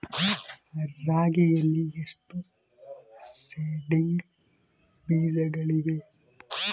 ರಾಗಿಯಲ್ಲಿ ಎಷ್ಟು ಸೇಡಿಂಗ್ ಬೇಜಗಳಿವೆ?